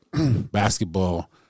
basketball